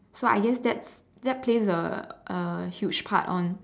so I guess that's that plays a A huge part on